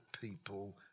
people